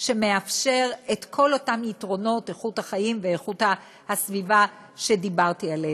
שמאפשר את כל אותם יתרונות איכות החיים ואיכות הסביבה שדיברתי עליהם.